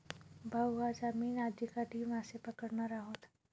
भाऊ, आज आम्ही नदीकाठी मासे पकडणार आहोत